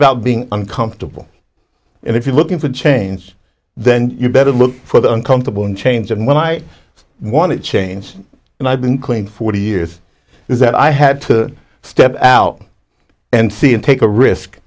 about being uncomfortable if you're looking for change then you better look for the uncomfortable in change and when i want to change and i've been clean for two years is that i had to step out and see and take a risk